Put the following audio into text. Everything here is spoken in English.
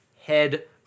head